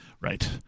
Right